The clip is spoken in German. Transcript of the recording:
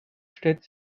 stellt